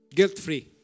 Guilt-free